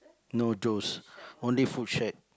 no joe's only food shack